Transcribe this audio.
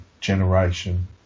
generation